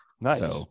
Nice